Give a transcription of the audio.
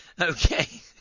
Okay